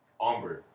Ombre